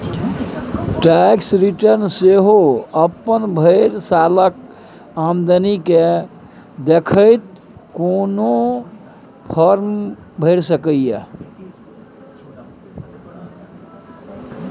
tax return सेहो अपन भरि सालक आमदनी केँ देखैत कोनो फर्म भरि सकैए